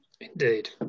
Indeed